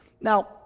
Now